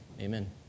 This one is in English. Amen